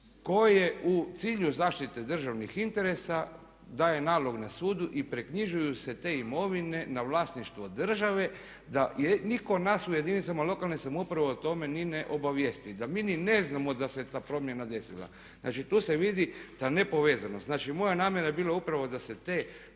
koje u cilju zaštite državnih interesa daje nalog na sudu i preknjižuju se te imovine na vlasništvo države da nitko nas u jedinicama lokalne samouprave o tome ni ne obavijesti, da mi ni ne znamo da se ta promjena desila. Znači, tu se vidi ta nepovezanost. Znači moja namjera je bila upravo da se te